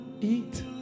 eat